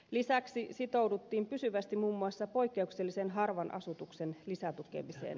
lisäksi sitouduttiin pysyvästi muun muassa poikkeuksellisen harvan asutuksen lisätukemiseen